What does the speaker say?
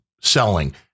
selling